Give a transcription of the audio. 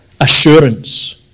assurance